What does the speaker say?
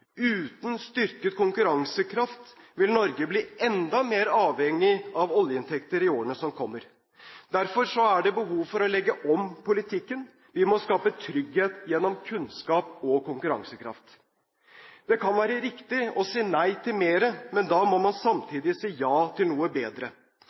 Uten styrket konkurransekraft vil Norge bli enda mer avhengig av oljeinntekter i årene som kommer. Derfor er det behov for å legge om politikken. Vi må skape trygghet gjennom kunnskap og konkurransekraft. Det kan være riktig å si nei til mer, men da må man